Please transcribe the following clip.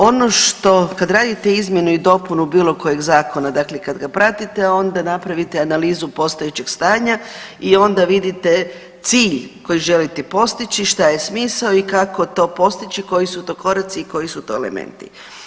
Ono što kad radite izmjenu i dopunu bilo kojeg zakona, dakle kad ga pratite, onda napravite analizu postojećeg stanja i onda vidite cilj koji želite postići i šta je smisao i kako to postići i koji su to koraci i koji su to elementi.